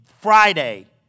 Friday